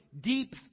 deep